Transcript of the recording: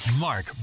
Mark